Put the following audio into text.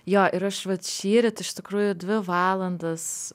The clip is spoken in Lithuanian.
jo ir aš vat šįryt iš tikrųjų dvi valandas